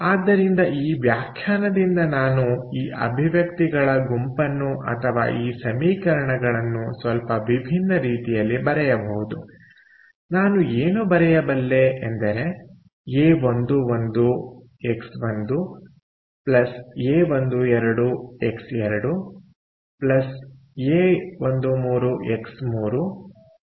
ಆದ್ದರಿಂದ ಈ ವ್ಯಾಖ್ಯಾನದಿಂದ ನಾನು ಈ ಅಭಿವ್ಯಕ್ತಿಗಳ ಗುಂಪನ್ನು ಅಥವಾ ಈ ಸಮೀಕರಣಗಳನ್ನು ಸ್ವಲ್ಪ ವಿಭಿನ್ನ ರೀತಿಯಲ್ಲಿ ಬರೆಯಬಹುದು ನಾನು ಏನು ಬರೆಯಬಲ್ಲೆ ಎಂದರೆ a11 X1 a12 X2 a13X3